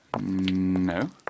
No